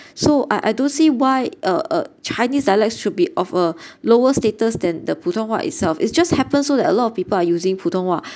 so I I don't see why uh uh chinese dialects should be of a lower status than the 普通话 itself it's just happened so that a lot of people are using 普通话